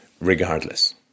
regardless